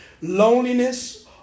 loneliness